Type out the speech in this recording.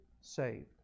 saved